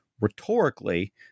rhetorically